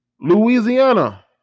Louisiana